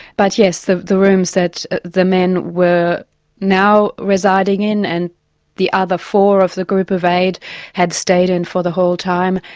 but yes, the the rooms that the men were now residing in and the other four of the group of eight had stayed in for the whole time,